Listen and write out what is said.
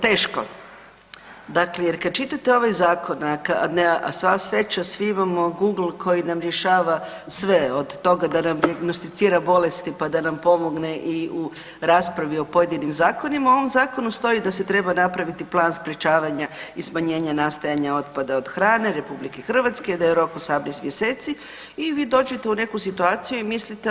Teško, dakle jer kad čitate ovaj zakon, a sva sreća svi imamo Google koji nam rješava sve od toga da nam dijagnosticira bolesti pa da nam pomogne i u raspravi o pojedinim zakonima, u ovom zakonu stoji da se treba napraviti plan sprječavanja i smanjenja nastajanja otpada od hrane RH, da je rok od 18 mjeseci i vi dođete u neku situaciju i mislite ok.